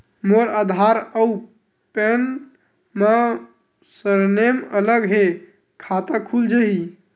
मोर आधार आऊ पैन मा सरनेम अलग हे खाता खुल जहीं?